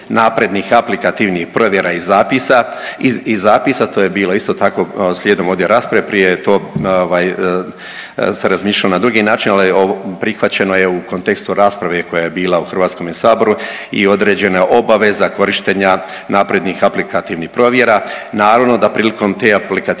naprednih aplikativnih provjera i zapisa, i zapisa, to je bilo isto tako slijedom ovdje rasprave, prije je to ovaj, se razmišljalo na drugi način, ali ovo, prihvaćeno je u kontekstu rasprave koja je bila u HS-u i određena je obaveza korištenja naprednih aplikativnih provjera. Naravno da prilikom te aplikativne